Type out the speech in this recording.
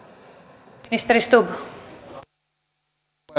arvoisa rouva puhemies